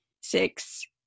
six